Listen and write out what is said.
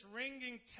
ringing